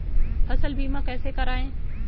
फसल बीमा कैसे कराएँ?